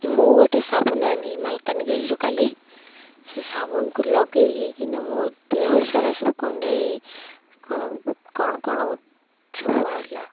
ମୁଁ ଗୋଟେ ସାବୁନ ଆଣିଲି ମାଲକାନଗିରିରୁ କାଲି ସେ ସାବୁନକୁ ଲଗାଇକିକିନା ମୋ ଦେହ ସାରା ସବୁ କୁଣ୍ଡେଇ କ'ଣ କ'ଣ କ'ଣ ସବୁ ବାହାରିଲା